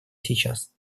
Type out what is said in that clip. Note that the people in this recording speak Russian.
сейчас